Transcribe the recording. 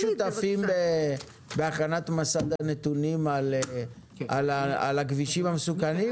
אתם שותפים בהכנת מסד הנתונים על הכבישים המסוכנים?